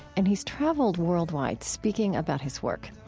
and he's traveled worldwide speaking about his work.